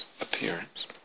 appearance